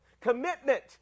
Commitment